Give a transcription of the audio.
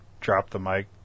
drop-the-mic